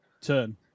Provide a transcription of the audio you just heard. turn